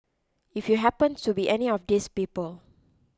if you happened to be any of these people